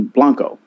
Blanco